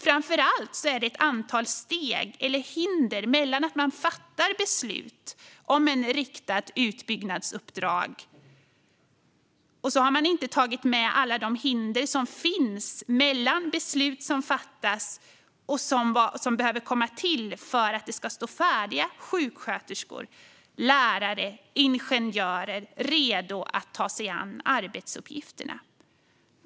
Framför allt finns ett antal steg mellan att fatta beslut om ett riktat utbyggnadsuppdrag och att ha tagit hänsyn till alla de hinder som finns så att nödvändiga beslut kan fattas för att det ska stå färdiga sjuksköterskor, lärare och ingenjörer redo att ta sig an arbetsuppgifterna.